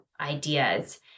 ideas